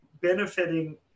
benefiting